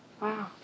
Wow